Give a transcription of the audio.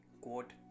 quote